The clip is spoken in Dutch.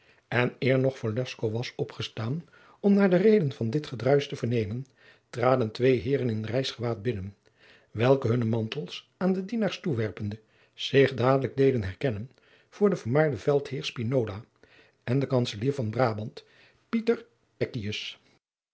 en eer nog velasco was opgestaan om naar de reden van dit gedruisch te vernemen traden twee heeren in reisgewaad binnen welke hunne mantels aan de dienaars toewerpende zich dadelijk deden herkennen voor den vermaarden veldheer spinola en den kantzelier van brabant